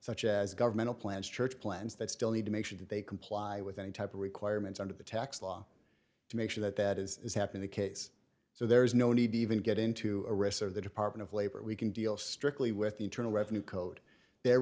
such as governmental plans church plans that still need to make sure that they comply with any type of requirements under the tax law to make sure that that is happening the case so there is no need to even get into a risk of the department of labor we can deal strictly with the internal revenue code their